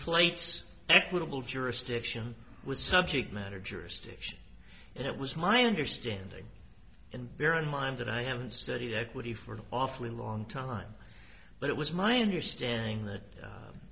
conflates equitable jurisdiction was subject matter jurisdiction and it was my understanding and bear in mind that i haven't studied equity for an awfully long time but it was my understanding that